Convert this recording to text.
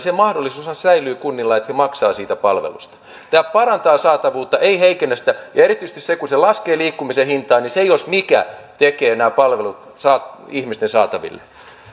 se mahdollisuushan säilyy kunnilla että ne maksavat siitä palvelusta tämä parantaa saatavuutta ei heikennä sitä ja erityisesti kun se laskee liikkumisen hintaa niin se jos mikä tuo nämä palvelut ihmisten saataville